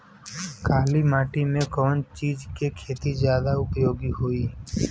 काली माटी में कवन चीज़ के खेती ज्यादा उपयोगी होयी?